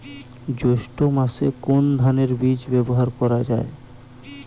জৈষ্ঠ্য মাসে কোন ধানের বীজ ব্যবহার করা যায়?